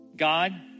God